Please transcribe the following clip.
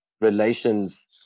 relations